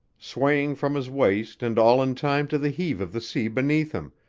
swaying from his waist and all in time to the heave of the sea beneath him,